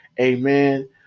Amen